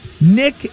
Nick